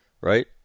right